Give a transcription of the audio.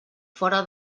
fora